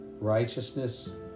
righteousness